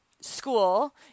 school